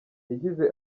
yagize